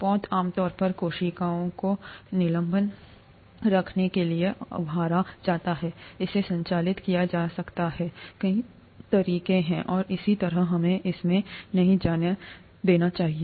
पोत आमतौर पर कोशिकाओं को निलंबन में रखने के लिए उभारा जाता है इसेसंचालित किया जा सकता कई तरीकों सेहै और इसी तरह हमें इसमें नहीं जाने देना चाहिए